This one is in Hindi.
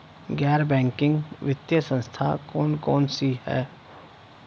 गैर बैंकिंग वित्तीय संस्था कौन कौन सी हैं?